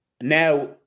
now